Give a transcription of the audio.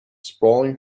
sprawling